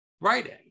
writing